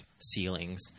ceilings